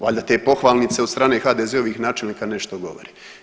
Valjda te pohvalnice od strane HDZ-ovih načelnika nešto govore.